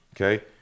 okay